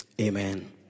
amen